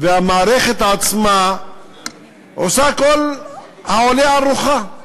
המערכת עצמה עושה כל העולה על רוחה.